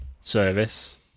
service